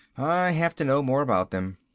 i have to know more about them.